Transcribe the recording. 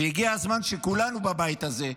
והגיע הזמן שכולנו בבית הזה,